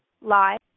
live